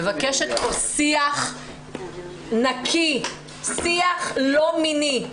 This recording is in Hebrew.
היא מבקשת כאן שיח נקי, שיח לא מיני.